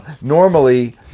Normally